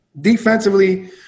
Defensively